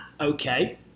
okay